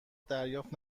دریافت